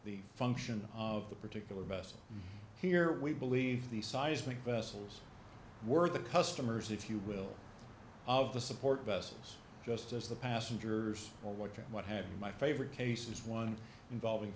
the function of the particular vessel here we believe these seismic vessels were the customers if you will of the support vessels just as the passengers or what you what have been my favorite cases one involving